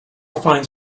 finds